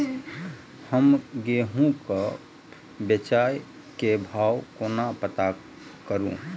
हम गेंहूँ केँ बेचै केँ भाव कोना पत्ता करू?